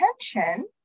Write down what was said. attention